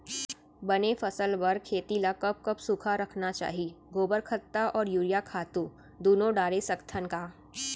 बने फसल बर खेती ल कब कब सूखा रखना चाही, गोबर खत्ता और यूरिया खातू दूनो डारे सकथन का?